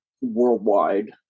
worldwide